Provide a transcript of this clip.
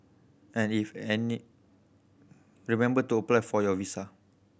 and if any remember to apply for your visa